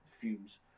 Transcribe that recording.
Fumes